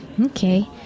Okay